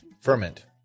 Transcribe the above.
Ferment